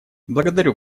благодарю